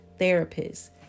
therapists